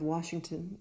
Washington